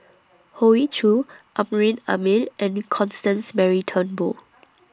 Hoey Choo Amrin Amin and Constance Mary Turnbull